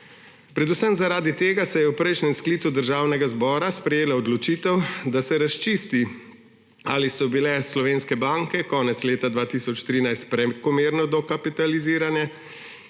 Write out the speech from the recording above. Predvsem zaradi tega se je v prejšnjem sklicu Državnega zbora sprejela odločitev, da se razčisti, ali so bile slovenske banke konec leta 2013 prekomerno dokapitalizirane